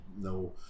no